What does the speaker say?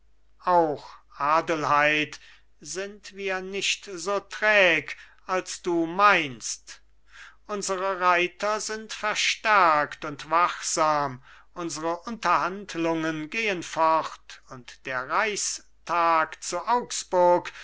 auch adelheid sind wir nicht so träg als du meinst unsere reiter sind verstärkt und wachsam unsere unterhandlungen gehen fort und der reichstag zu augsburg